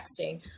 texting